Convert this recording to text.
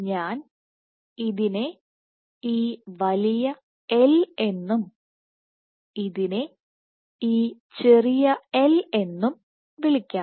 ഞാൻ ഇതിനെ ഈ വലിയ "L" എന്നും ഇതിനെ ഈ ചെറിയ "l" എന്നും വിളിക്കാം